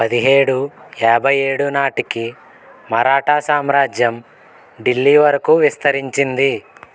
పదిహేడు యాభై ఏడు నాటికి మరాఠా సామ్రాజ్యం ఢిల్లీ వరకు విస్తరించింది